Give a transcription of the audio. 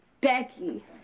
Becky